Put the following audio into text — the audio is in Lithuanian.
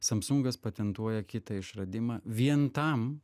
samsungas patentuoja kitą išradimą vien tam